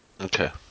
Okay